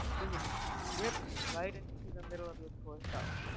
being able to grip right into the middle of your torso.